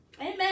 amen